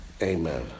amen